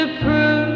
prove